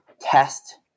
test